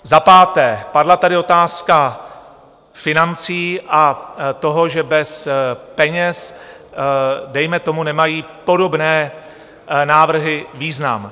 Za páté, padla tady otázka financí a toho, že bez peněz dejme tomu nemají podobné návrhy význam.